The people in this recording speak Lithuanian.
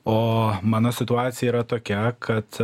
o mano situacija yra tokia kad